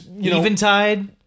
Eventide